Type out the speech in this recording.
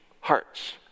hearts